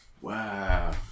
Wow